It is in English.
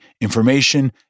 information